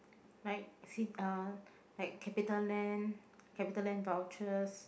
like you see uh like capital land capital land vouchers